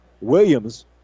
Williams